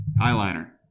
Eyeliner